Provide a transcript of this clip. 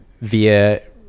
via